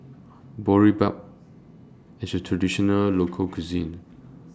Boribap IS A Traditional Local Cuisine